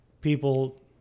people